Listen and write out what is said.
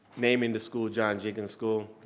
naming the school john jenkins school.